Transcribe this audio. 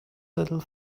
little